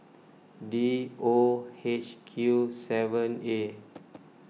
D O H Q seven A